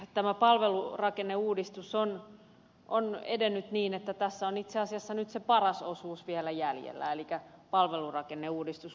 tämä palvelurakenneuudistus on edennyt niin että tässä on itse asiassa nyt se paras osuus vielä jäljellä elikkä palvelurakenneuudistus